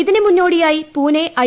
ഇതിന് മുന്നോടിയായി പൂനെ ഐ